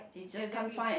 exactly